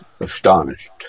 astonished